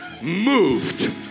Moved